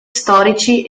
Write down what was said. storici